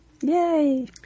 Yay